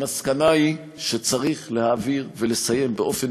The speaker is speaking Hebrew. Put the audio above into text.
המסקנה היא שצריך להעביר ולסיים באופן